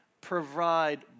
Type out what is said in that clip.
provide